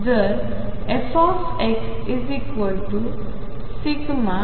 जर fxδ